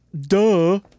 duh